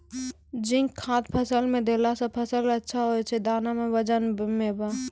zinc खाद फ़सल मे देला से फ़सल अच्छा होय छै दाना मे वजन ब